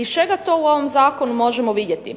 Iz čega to u ovom zakonu možemo vidjeti?